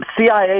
CIA